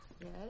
Yes